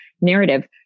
narrative